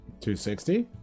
260